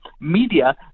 media